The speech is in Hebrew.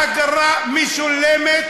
האגרה משולמת